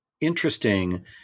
interesting